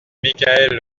michaël